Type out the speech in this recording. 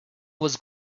was